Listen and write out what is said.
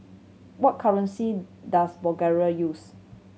what currency does Bulgaria use